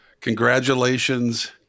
Congratulations